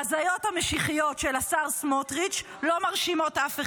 ההזיות המשיחיות של השר סמוטריץ' לא מרשימות אף אחד.